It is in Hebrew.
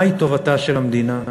מהי טובתה של המדינה.